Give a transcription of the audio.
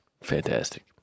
Fantastic